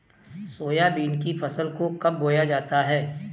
Soybean की फसल को कब बोया जाता है?